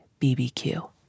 BBQ